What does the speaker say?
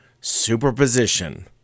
Superposition